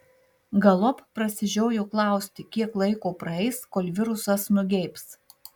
galop prasižiojo klausti kiek laiko praeis kol virusas nugeibs